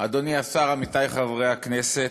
אדוני השר, עמיתי חברי הכנסת,